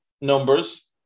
numbers